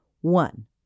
One